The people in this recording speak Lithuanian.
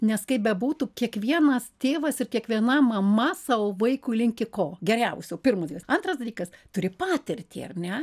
nes kaip bebūtų kiekvienas tėvas ir kiekviena mama savo vaikui linki ko geriausio pirmas dalykas antras dalykas turi patirtį ar ne